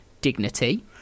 dignity